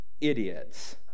idiots